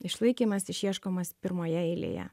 išlaikymas išieškomas pirmoje eilėje